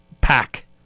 pack